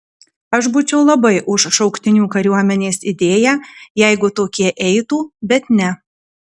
aš būčiau labai už šauktinių kariuomenės idėją jeigu tokie eitų bet ne